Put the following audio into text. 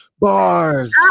bars